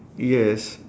yes